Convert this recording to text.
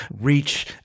reach